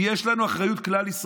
כי יש לנו אחריות כלל-ישראלית,